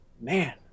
man